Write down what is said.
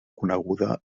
coneguda